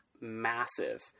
massive